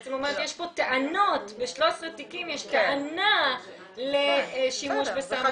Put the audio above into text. בעצם את אומרת שב-13 תיקים יש טענות לשימוש בסם אונס.